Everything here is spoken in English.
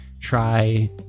Try